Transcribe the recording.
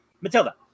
Matilda